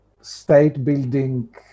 state-building